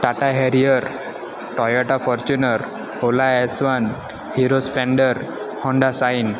Tata Harrier Toyota Fortuner ola S one hero splendor Honda shine